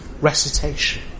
recitation